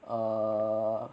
err